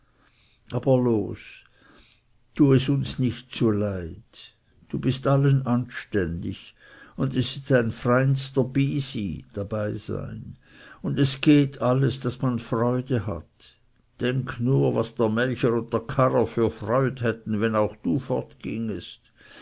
aber los tue es uns nicht zuleid du bist allen anständig und es ist es freins debysi und es geht alles daß man freude daran hat denk nur was der melcher und karrer für freud hätten wenn du auch